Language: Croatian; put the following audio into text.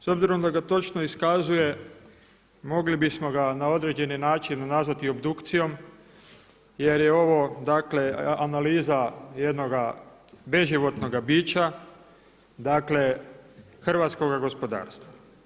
S obzirom da ga točno iskazuje mogli bismo ga na određeni način nazvati obdukcijom, jer je ovo dakle analiza jednoga beživotnoga bića dakle hrvatskoga gospodarstva.